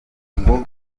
ngo